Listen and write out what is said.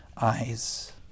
eyes